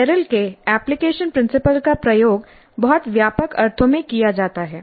Merrill के application principle का प्रयोग बहुत व्यापक अर्थों में किया जाता है